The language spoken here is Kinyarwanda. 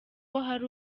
hari